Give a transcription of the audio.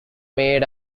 made